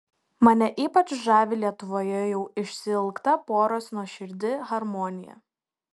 mane ypač žavi lietuvoje jau išsiilgta poros nuoširdi harmonija